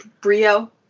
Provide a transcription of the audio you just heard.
brio